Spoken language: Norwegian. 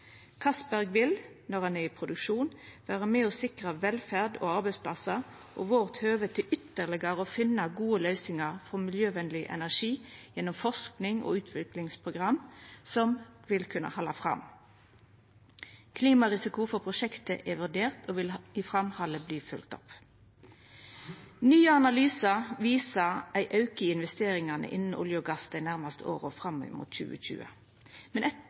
å sikra velferd og arbeidsplassar og vårt høve til ytterlegare å finna gode løysingar for miljøvenleg energi gjennom forskings- og utviklingsprogram som vil kunna halda fram. Klimarisiko for prosjektet er vurdert og vil i framhaldet verta følgt opp. Nye analysar viser ein auke i investeringane innan olje og gass dei nærmaste åra, fram mot 2020, men